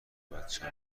بچم